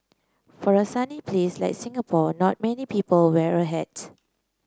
for a sunny place like Singapore not many people wear a hat